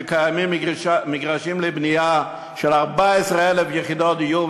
שם קיימים מגרשים לבנייה של 14,000 יחידות דיור,